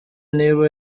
niba